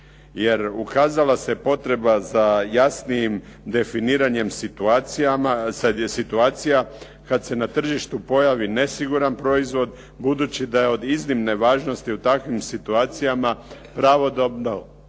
jer ukazala se potreba za jasnijim definiranjem situacija kad se na tržištu pojavi nesiguran proizvod budući da je od iznimne važnosti u takvim situacijama pravodobno,